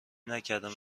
نکردند